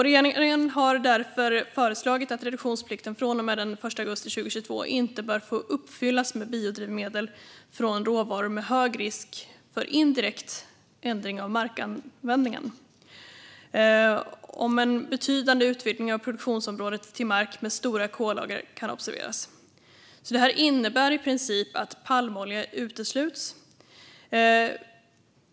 Regeringen har därför föreslagit att reduktionsplikten från och med den 1 augusti 2022 inte bör få uppfyllas med biodrivmedel från råvaror med hög risk för indirekt ändring av markanvändningen om en betydande utvidgning av produktionsområdet till mark med stora kollager kan observeras. Det innebär i princip att palmolja utesluts.